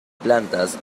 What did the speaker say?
plantas